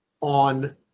on